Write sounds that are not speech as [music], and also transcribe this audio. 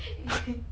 [laughs]